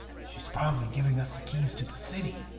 she's probably giving us the keys to the city,